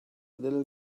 little